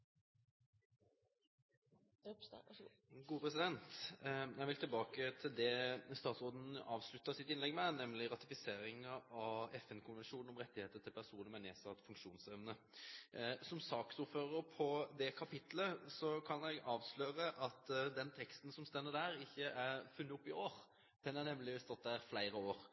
Jeg vil tilbake til det som statsråden avsluttet sitt innlegg med, nemlig ratifiseringen av FN-konvensjonen om rettighetene til mennesker med nedsatt funksjonsevne. Som saksordfører på det kapitlet kan jeg avsløre at den teksten som står der, ikke er funnet opp i år; den har nemlig stått der i flere år.